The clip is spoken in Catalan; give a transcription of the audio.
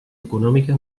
econòmica